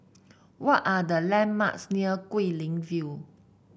what are the landmarks near Guilin View